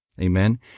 amen